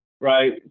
right